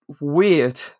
weird